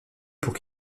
pour